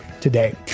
today